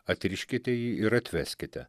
atriškite jį ir atveskite